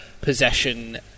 possession